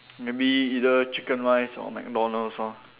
maybe either chicken rice or McDonald's lor